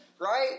right